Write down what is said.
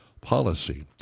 policy